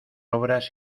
obras